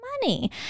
money